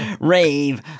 Rave